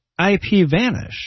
IPVanish